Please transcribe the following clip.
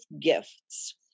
gifts